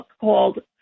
called